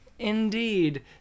Indeed